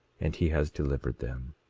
and he has delivered them.